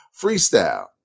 Freestyle